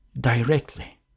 Directly